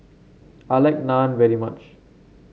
I like Naan very much